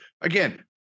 Again